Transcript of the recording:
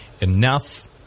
enough